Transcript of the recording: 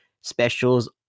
specials